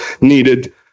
needed